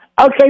Okay